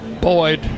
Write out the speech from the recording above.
Boyd